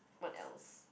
what else